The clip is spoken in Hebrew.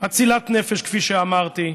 אצילת נפש, כפי שאמרתי,